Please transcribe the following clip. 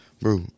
Bro